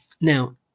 now